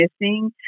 missing